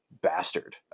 bastard